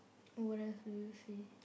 oh what else do you see